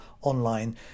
online